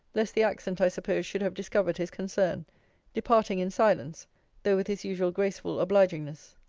lest the accent i suppose should have discovered his concern departing in silence though with his usual graceful obligingness.